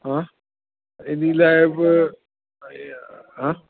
हा इन लाइ बि हा